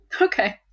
Okay